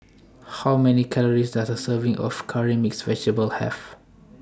How Many Calories Does A Serving of Curry Mixed Vegetable Have